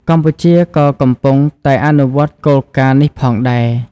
កម្ពុជាក៏កំពុងតែអនុវត្តគោលការណ៍នេះផងដែរ។